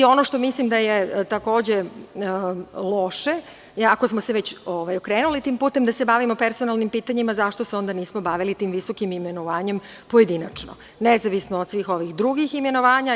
Ono što mislim da je takođe loše, ako smo se okrenuli tim putem da se bavimo personalnim pitanjima, zašto se onda nismo bavili tim visokim imenovanjem pojedinačno, nezavisno od svih ovih drugih imenovanja?